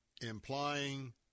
implying